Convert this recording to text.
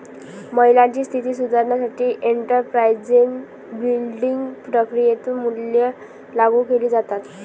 महिलांची स्थिती सुधारण्यासाठी एंटरप्राइझ बिल्डिंग प्रक्रियेतून मूल्ये लागू केली जातात